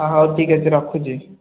ହଁ ହଉ ଠିକ୍ ଅଛି ରଖୁଛି